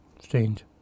Strange